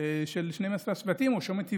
של 12 השבטים או שמות עבריים,